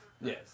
Yes